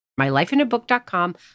MyLifeInABook.com